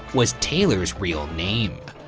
was taylor's real name.